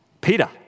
Peter